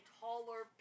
taller